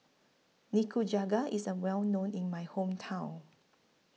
Nikujaga IS A Well known in My Hometown